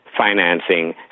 financing